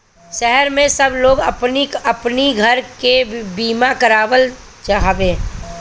शहर में सब लोग अपनी अपनी घर के बीमा करावत हवे